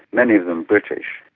many of them british,